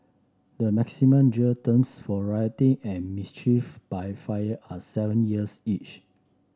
the maximum jail terms for rioting and mischief by fire are seven years each